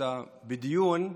כשאתה בדיון,